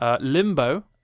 Limbo